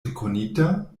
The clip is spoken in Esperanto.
rekonita